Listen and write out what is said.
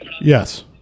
Yes